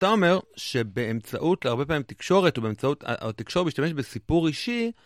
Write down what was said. אתה אומר, שבאמצעות, הרבה פעמים תקשורת, ובאמצעות... התקשורת משתמשת בסיפור אישי ...